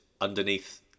underneath